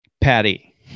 Patty